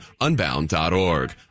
Unbound.org